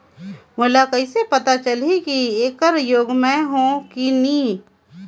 मोला कइसे पता चलही की येकर योग्य मैं हों की नहीं?